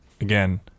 again